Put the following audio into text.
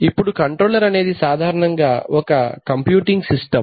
ఇప్పుడు కంట్రోలర్ అనేది సాధారణముగా ఒక కంప్యూటింగ్ సిస్టమ్